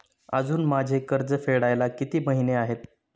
अजुन माझे कर्ज फेडायला किती महिने आहेत?